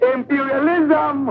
Imperialism